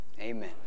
Amen